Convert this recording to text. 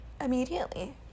immediately